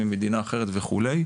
ממדינה אחרת וכו'.